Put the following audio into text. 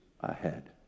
ahead